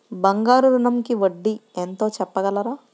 బంగారు ఋణంకి వడ్డీ ఎంతో చెప్పగలరా?